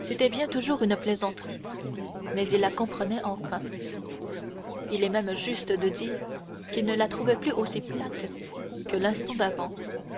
c'était bien toujours une plaisanterie mais il la comprenait enfin il est même juste de dire qu'il ne la trouvait plus aussi plate que l'instant d'avant